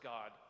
God